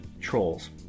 trolls